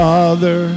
Father